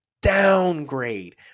downgrade